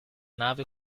nave